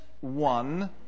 one